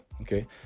okay